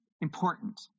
important